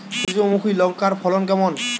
সূর্যমুখী লঙ্কার ফলন কেমন?